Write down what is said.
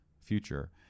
future